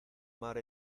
mar